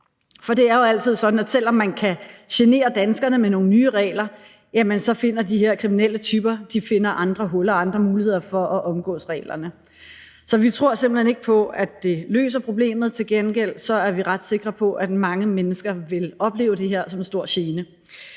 de her kriminelle typer, selv om man kan genere danskerne med nogle nye regler, finder andre huller og andre muligheder for at omgå reglerne. Så vi tror simpelt hen ikke på, at det løser problemet. Til gengæld er vi ret sikre på, at mange mennesker vil opleve det her som en stor gene.